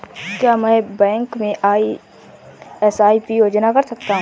क्या मैं बैंक में एस.आई.पी योजना कर सकता हूँ?